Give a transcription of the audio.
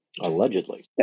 Allegedly